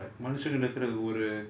மனுஷங்க இருக்குற ஊரு:manushanga irukura ooru